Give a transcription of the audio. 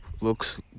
looks